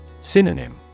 Synonym